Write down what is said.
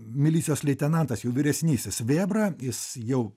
milicijos leitenantas jau vyresnysis vėbra jis jau